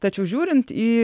tačiau žiūrint į